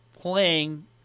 playing